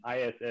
ISS